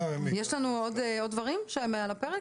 יש לנו עוד דברים שהם על הפרק?